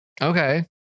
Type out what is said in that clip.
Okay